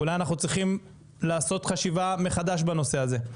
אולי אנחנו צריכים לעשות חשיבה מחדש בנושא הזה.